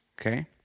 okay